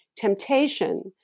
temptation